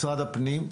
משרד הפנים.